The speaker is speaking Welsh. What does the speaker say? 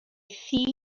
thŷ